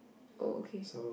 oh okay